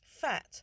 fat